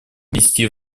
внести